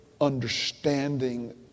understanding